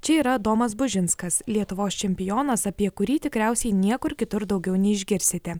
čia yra domas bužinskas lietuvos čempionas apie kurį tikriausiai niekur kitur daugiau neišgirsite